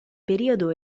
periodo